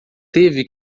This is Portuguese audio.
teve